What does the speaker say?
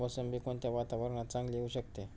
मोसंबी कोणत्या वातावरणात चांगली येऊ शकते?